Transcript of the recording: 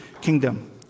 kingdom